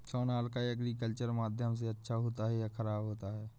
Sonalika agriculture माध्यम से अच्छा होता है या ख़राब होता है?